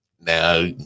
now